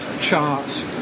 chart